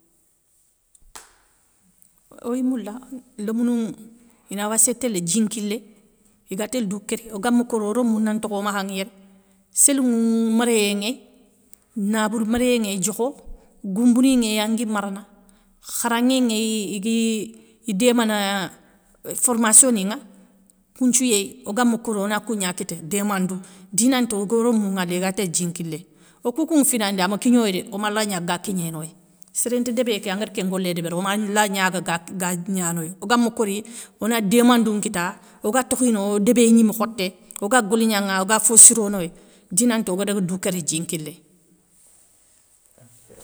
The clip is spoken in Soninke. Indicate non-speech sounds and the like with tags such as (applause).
(noise) Oy moula lémounou ina wassé téla djinkilé, igatélé dou kéri ogama kori o romou na ntokhomakha nŋa yéré, sélinŋou méréyé nŋéy, naboure méréyé nŋéy diokho, goumbeni nŋéy angui marana, kharanŋé nŋéy igui idémana formassiwoninŋa kounthiou yéy, ogama kori ona kougna kita démandou dinanti ogo rémmou nŋwala iga télé djinkilé. Okoukounŋ fina ndé ama kignoydé, omala gnaga ga kignénoy, sérénti débé ké anguér kén ngolé débéri, omala gnaga (hesitation) gnanoy ogam kori ona démandou nkita oga tokhini o débé gnimekhoté oga golignanŋa oga fossironoye dinanti ogadaga dou kéri dji nkilé. (noise)